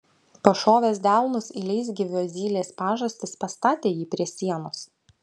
pašovęs delnus į leisgyvio zylės pažastis pastatė jį prie sienos